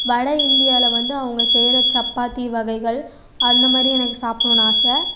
வட இந்தியாவில் வந்து அவங்க செய்கிற சப்பாத்தி வகைகள் அந்த மாதிரி எனக்கு சாப்புடணுன்னு ஆசை